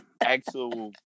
actual